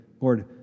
Lord